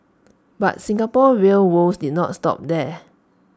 but Singapore's rail woes did not stop there